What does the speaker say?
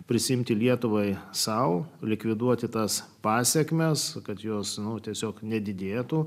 prisiimti lietuvai sau likviduoti tas pasekmes kad jos nuo tiesiog nedidėtų